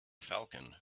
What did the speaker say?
falcon